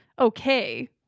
okay